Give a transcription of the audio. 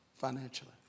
financially